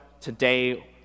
today